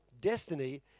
destiny